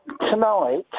Tonight